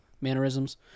mannerisms